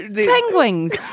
Penguins